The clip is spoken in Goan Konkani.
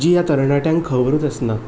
जीं ह्या तरणाट्यांक खबरूच आसना